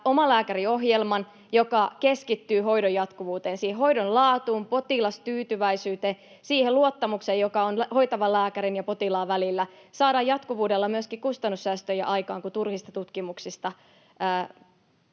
omalääkäriohjelman, joka keskittyy hoidon jatkuvuuteen, siihen hoidon laatuun, potilastyytyväisyyteen ja siihen luottamukseen, joka on hoitavan lääkärin ja potilaan välillä. Saadaan jatkuvuudella myöskin kustannussäästöjä aikaan, kun turhista tutkimuksista